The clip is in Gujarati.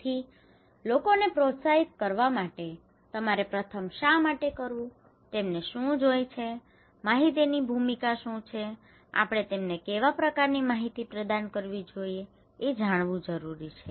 તેથી લોકોને પ્રોત્સાહિત કરવા માટે તમારે પ્રથમ શા માટે કરવું તેમને શું જોઈએ છે માહિતીની ભૂમિકા શું છે આપણે તેમને કેવા પ્રકારની માહિતી પ્રદાન કરવી જોઈએ એ જાણવું જરૂરી છે